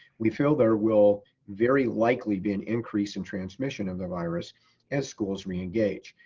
we feel there will very likely be an increase in transmission of the virus as schools re-engage.